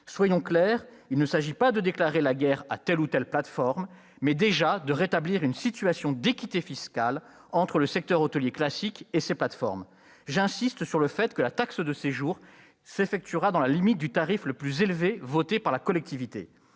Soyons clairs, il s'agit non pas de déclarer la guerre à telle ou telle plateforme, mais de rétablir une situation d'équité fiscale entre le secteur hôtelier « classique » et ces plateformes. J'insiste sur le fait que le versement de la taxe de séjour s'effectuera dans la limite du tarif le plus élevé voté par la collectivité.